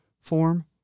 form